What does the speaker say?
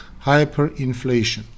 hyperinflation